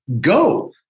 go